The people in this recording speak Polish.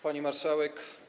Pani Marszałek!